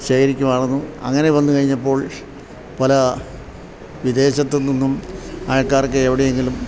ശേഖരിക്കുമായിരുന്നു അങ്ങനെ വന്നു കഴിഞ്ഞപ്പോൾ പല വിദേശത്തുനിന്നും ആൾക്കാർക്ക് എവിടെയെങ്കിലും